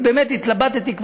התלבטתי,